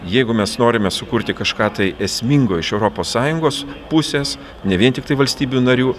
jeigu mes norime sukurti kažką tai esmingo iš europos sąjungos pusės ne vien tiktai valstybių narių